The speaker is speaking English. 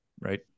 Right